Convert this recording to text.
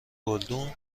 گلدون